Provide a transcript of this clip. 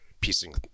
piecing